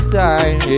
time